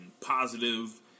positive